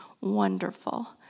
wonderful